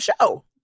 show